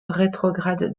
rétrograde